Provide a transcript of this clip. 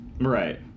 Right